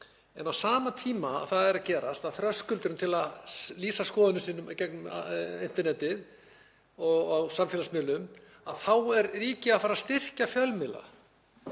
En á sama tíma og það er að gerast, að þröskuldurinn er að lækka til að lýsa skoðunum sínum í gegnum internetið og á samfélagsmiðlum, þá er ríkið að fara að styrkja fjölmiðla,